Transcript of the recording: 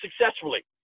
successfully